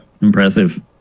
impressive